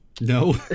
No